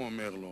הוא אומר לו,